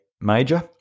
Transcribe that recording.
major